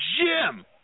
Jim